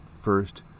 First